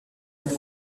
être